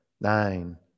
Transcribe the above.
nine